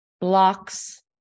blocks